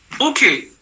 okay